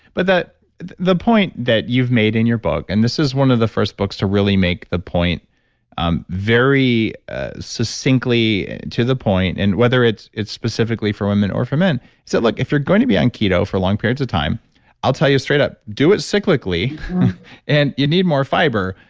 but that the the point that you've made in your book and this is one of the first books to really make the point um very ah succinctly to the point and whether it's it's specifically for women or for men is that look if you're going to be on keto for long periods of time i'll tell you straight up do it cyclically and you need more fiber.